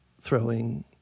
throwing